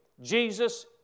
Jesus